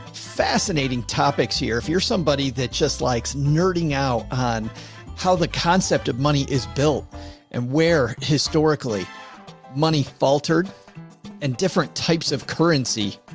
fascinating topics here. if you're somebody that just likes nerding out on how the concept of money is built and where historically money faltered and different types of currency,